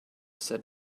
said